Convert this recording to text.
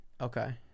Okay